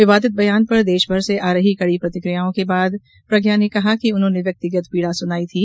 विवादित बयान पर देशभर से आ रही कड़ी प्रतिक्रियाओं के बाद प्रज्ञा ने कहा कि उन्होंने व्यक्तिगत पीडा सुनायी थी